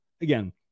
again